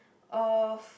of